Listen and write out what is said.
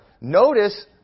Notice